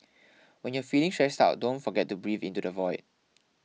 when you are feeling stressed out don't forget to breathe into the void